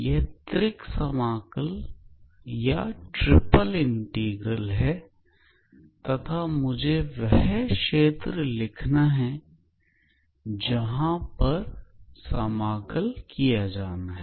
यह त्रिक समाकल या ट्रिपल इंटीग्रल है तथा मुझे वह क्षेत्र लिखना है जहां पर समा कल किया जाना है